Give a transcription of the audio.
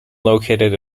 located